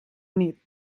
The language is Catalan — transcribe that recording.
nit